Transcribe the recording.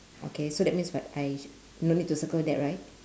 okay so that means what I no need to circle that right